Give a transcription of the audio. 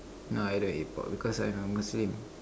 no I don't eat pork because I'm a Muslim